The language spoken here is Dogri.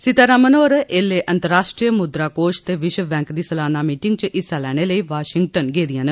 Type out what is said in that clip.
सीतारमण होर ऐल्लै अंतर्राश्ट्री मुद्रा कोष ते विश्व बैंक दी सलाना मीटिंग च हिस्सा लैने लेई वाशिंगटन गेदिआं न